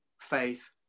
faith